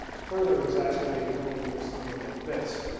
further exacerbated when you use something like this.